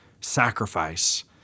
sacrifice